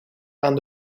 aan